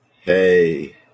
Hey